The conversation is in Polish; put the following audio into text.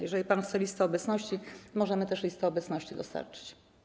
Jeżeli pan chce listę obecności, możemy też listę obecności dostarczyć.